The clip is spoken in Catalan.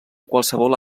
qualsevol